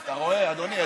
אתה רואה, אדוני?